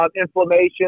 Inflammation